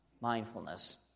Mindfulness